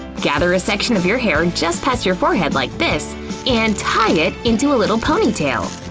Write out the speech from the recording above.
gather a section of your hair just past your forehead like this and tie it into a little ponytail.